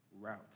route